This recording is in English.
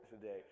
today